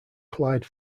clyde